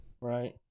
right